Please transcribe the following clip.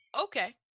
Okay